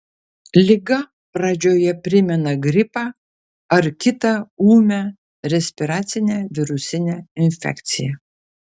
liga pradžioje primena gripą ar kitą ūmią respiracinę virusinę infekciją